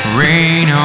rain